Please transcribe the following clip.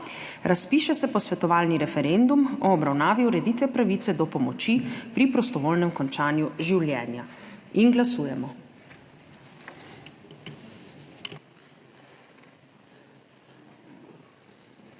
Razpiše se posvetovalni referendum o obravnavi ureditve pravice do pomoči pri prostovoljnem končanju življenja. Glasujemo.